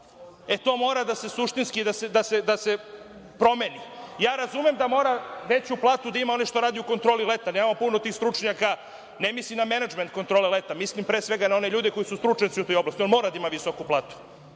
E, to mora suštinski da se promeni. Razumem da mora veću platu da ima onaj što radi u kontroli leta, nemamo puno tih stručnjaka, ne mislim na menadžment kontrole leta, mislim pre svega na one ljude koji su stručnjaci u toj oblasti, on mora da ima visoku platu